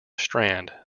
strand